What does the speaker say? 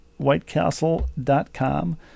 whitecastle.com